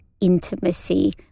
intimacy